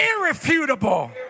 irrefutable